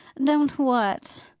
don't what?